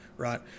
Right